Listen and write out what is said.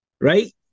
right